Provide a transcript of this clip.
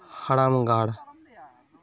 ᱦᱟᱲᱟᱢ ᱜᱟᱲ